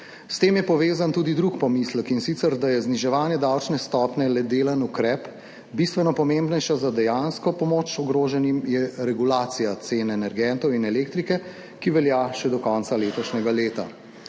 S tem je povezan tudi drug pomislek, in sicer, da je zniževanje davčne stopnje le delen ukrep, bistveno pomembnejša za dejansko pomoč ogroženim je regulacija cen energentov in elektrike, ki velja še do konca letošnjega leta.